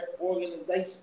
organization